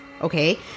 Okay